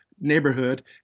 neighborhood